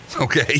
Okay